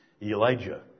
Elijah